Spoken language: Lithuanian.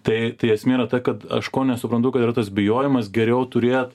tai tai esmė yra ta kad aš ko nesuprantu kad yra tas bijojimas geriau turėt